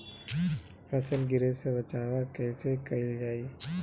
फसल गिरे से बचावा कैईसे कईल जाई?